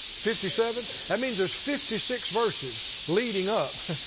fifty seven. that means there are fifty-six versus leading up